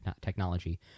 technology